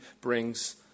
brings